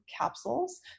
capsules